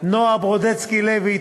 נועה ברודסקי-לוי.